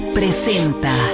presenta